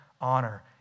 honor